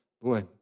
Boy